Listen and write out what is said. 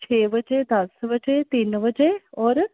ਛੇ ਵਜੇ ਦਸ ਵਜੇ ਤਿੰਨ ਵਜੇ ਔਰ